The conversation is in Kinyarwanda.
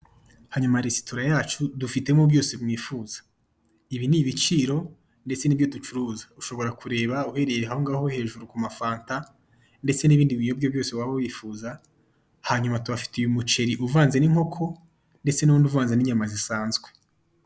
Hanyuma resitor yacu dufitemo byose mwifuza. Ibi ni ibiciro ndetse n'ibyo ducuruza ushobora kureba uhereye aho ngaho ku mafanta ndetse n'ibindi biyobya waba wifuza, hanyuma tubafitiye umuceri uvanze n'inkoko ndetse n'undi uvanze n'inyama zisanzwe.